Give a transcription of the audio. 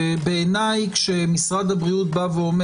בעיניי כשמשרד הבריאות אומר: